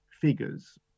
figures